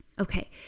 Okay